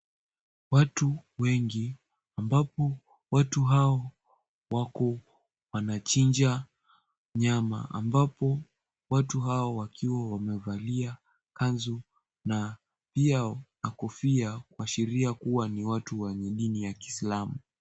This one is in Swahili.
Watu wengi ambapo watu hao wako wamechinja nyama ambapo watu hao wakiwa wamevalia kanzu na pia kofia kuashiria kuwa ni watu wa dini ya Kiislamu.